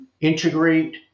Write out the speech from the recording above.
integrate